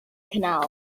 canal